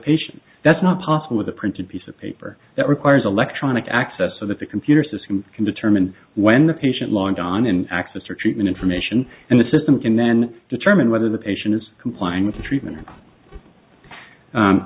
patient that's not possible with a printed piece of paper that requires electronic access so that the computer system can determine when the patient logged on in access or treatment information and the system can then determine whether the patient is complying with the treatment